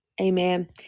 amen